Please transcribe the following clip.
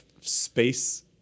space